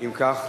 אם כך,